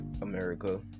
America